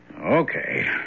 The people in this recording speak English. Okay